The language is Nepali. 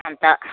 अन्त